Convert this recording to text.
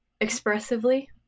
expressively